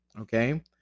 Okay